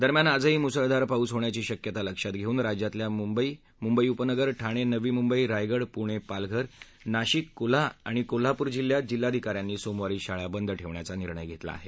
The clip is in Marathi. दरम्यान आजही मुसळधार पाऊस होण्याची शक्यता लक्षात घेऊन राज्यातल्या मुंबई मुंबई उपनगर ठाणे नवी मुंबई रायगड पुणे पालघर नाशिक कोल्हापूर जिल्ह्यात जिल्हाधिकाऱ्यांनी सोमवारी शाळा बंद ठेवण्याचा निर्णय घेतला आहे